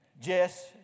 Jess